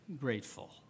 grateful